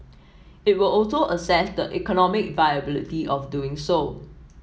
it will also assess the economic viability of doing so